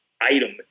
item